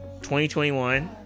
2021